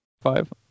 five